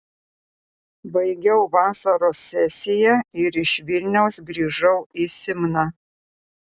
baigiau vasaros sesiją ir iš vilniaus grįžau į simną